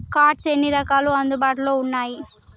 Cards ఎన్ని రకాలు అందుబాటులో ఉన్నయి?